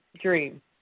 dream